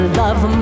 love